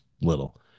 little